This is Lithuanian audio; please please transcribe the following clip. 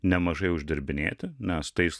nemažai uždirbinėti nes tais